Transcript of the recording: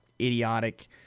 idiotic